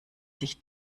sich